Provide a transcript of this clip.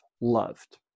loved